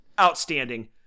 Outstanding